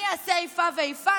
אני אעשה איפה ואיפה?